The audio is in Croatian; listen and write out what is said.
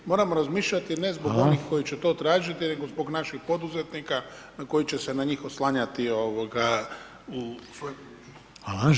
Moramo razmišljati, ne zbog onih koji će to tražiti, nego zbog naših poduzetnika, a koji će se na njih oslanjati u